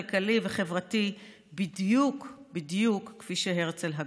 כלכלי וחברתי בדיוק בדיוק כפי שהרצל הגה.